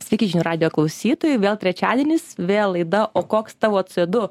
sveiki žinių radijo klausytojai vėl trečiadienis vėl laida o koks tavo co du